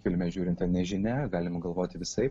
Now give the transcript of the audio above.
filme žiūrint ten nežinia galima galvoti visaip